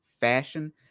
fashion